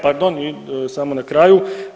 Pardon, samo na kraju.